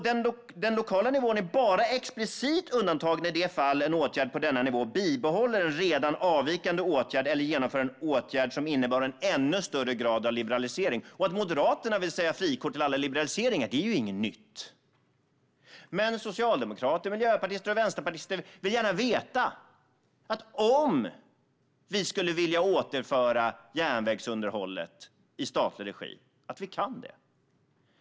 Den lokala nivån är bara explicit undantagen i det fall en åtgärd på denna nivå bibehåller en redan avvikande åtgärd eller genomför en åtgärd som innebär en ännu högre grad av liberalisering. Att Moderaterna vill ge frikort till alla liberaliseringar är inget nytt. Men socialdemokrater, miljöpartister och vänsterpartister vill gärna veta att vi kan återföra järnvägsunderhållet i statlig regi om vi skulle vilja det.